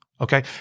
Okay